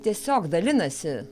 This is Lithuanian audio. tiesiog dalinasi